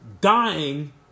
dying